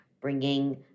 bringing